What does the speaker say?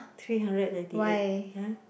three hundred ninety eight [huh]